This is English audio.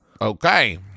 Okay